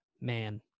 man